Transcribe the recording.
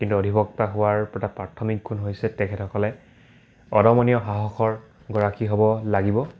কিন্তু অধিবক্তা হোৱাৰ এটা প্ৰাথমিক গুণ হৈছে তেখেতসকলে অদমনীয় সাহসৰ গৰাকী হ'ব লাগিব